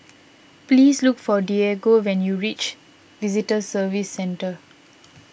please look for Diego when you reach Visitor Services Centre